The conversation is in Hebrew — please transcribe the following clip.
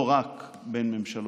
לא רק בין ממשלותיהן.